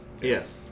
Yes